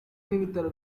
n’ibitaro